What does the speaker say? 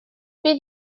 bydd